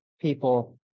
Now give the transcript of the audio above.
people